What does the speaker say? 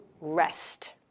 rest